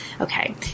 Okay